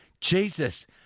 Jesus